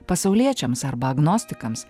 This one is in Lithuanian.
pasauliečiams arba agnostikams